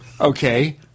Okay